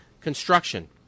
construction